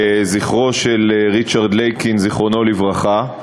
לזכרו של ריצ'רד לייקין, זיכרונו לברכה.